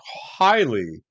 highly